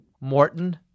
Morton